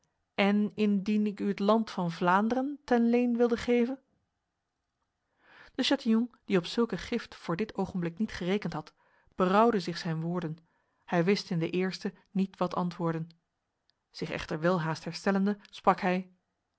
en indien ik u het land van vlaanderen ten leen wilde geven de chatillon die op zulke gift voor dit ogenblik niet gerekend had berouwde zich zijn woorden hij wist in den eerste niet wat antwoorden zich echter welhaast herstellende sprak hij